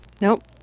nope